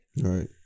Right